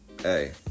Hey